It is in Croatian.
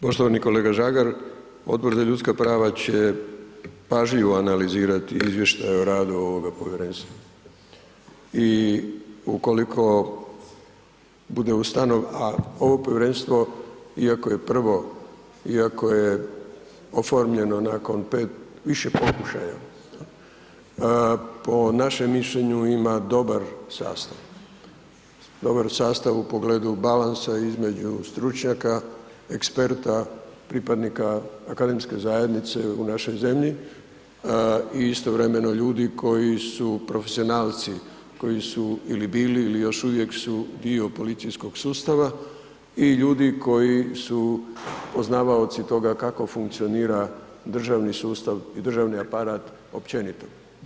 Poštovani kolega Žagar, Odbor za ljudska prava će pažljivo analizirati izvještaje o radu ovoga povjerenstva i ukoliko bude ustanovljeno, a ovo povjerenstvo iako je prvo, iako je oformljeno nakon više pokušaja, po našem mišljenju ima dobar sastav, dobra sastav u pogledu balansa između stručnjaka, eksperta, pripadnika akademske zajednice u našoj zemlji i istovremeno ljudi koji su profesionalci, koji su ili bili ili još uvijek su dio policijskog sustava i ljudi koji su poznavaoci toga kako funkcionira državni sustav i državni aparata općenito.